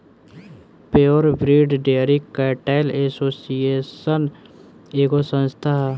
pure breed dairy cattle association एगो संस्था ह